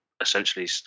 essentially